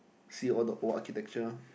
see all the old architecture